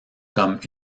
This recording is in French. comme